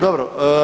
Dobro.